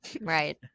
Right